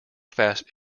fast